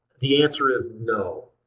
the answer is no.